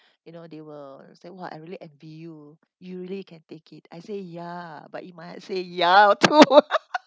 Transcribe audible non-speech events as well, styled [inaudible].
[breath] you know they were like !wah! I really envy you you really you can take it I say ya but you might say too [laughs]